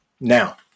Now